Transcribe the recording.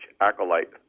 acolyte